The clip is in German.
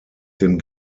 dem